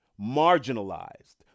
marginalized